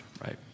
right